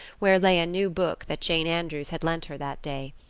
where lay a new book that jane andrews had lent her that day.